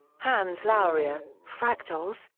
hans lauwerier, fractals,